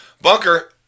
Bunker